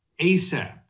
ASAP